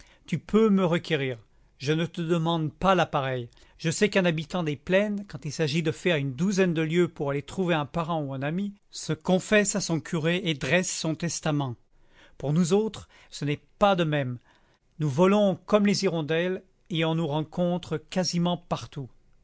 tu peux me requérir je ne te demande pas la pareille je sais qu'un habitant des plaines quand il s'agit de faire une douzaine de lieues pour aller trouver un parent ou un ami se confesse à son curé et dresse son testament pour nous autres ce n'est pas de même nous volons comme les hirondelles et on nous rencontre quasiment partout